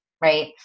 right